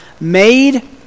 made